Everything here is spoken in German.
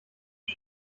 pre